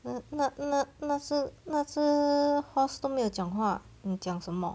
那那那次那次 horse 都没有讲话你讲什么